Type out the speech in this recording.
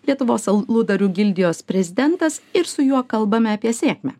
lietuvos aludarių gildijos prezidentas ir su juo kalbame apie sėkmę